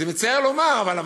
זה מצער לומר, אבל,